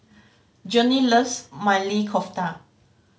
Johny loves Maili Kofta